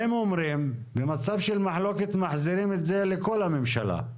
הם אומרים במצב של מחלוקת מחזירים את זה לכל הממשלה.